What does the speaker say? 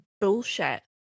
bullshit